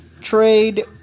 trade